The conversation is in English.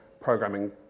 programming